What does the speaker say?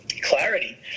clarity